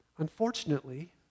Unfortunately